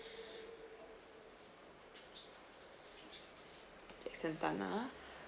jackson tan ah